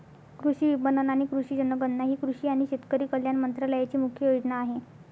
कृषी विपणन आणि कृषी जनगणना ही कृषी आणि शेतकरी कल्याण मंत्रालयाची मुख्य योजना आहे